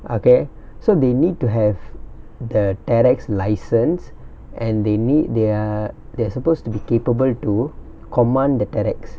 okay so they need to have the terrex license and they need they're they're supposed to be capable to command the terrex